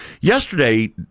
yesterday